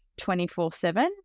24-7